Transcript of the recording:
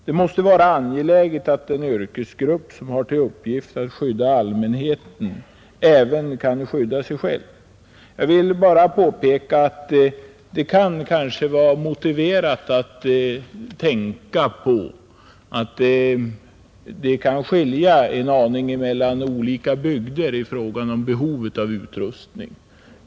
Det måste vara angeläget att en yrkesgrupp som har till uppgift att skydda allmänheten även kan skydda sig själv. Jag vill endast påpeka att det kanske kan vara motiverat att tänka på att det kan finnas en viss skillnad mellan olika bygder i fråga om behov av utrustning.